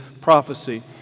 prophecy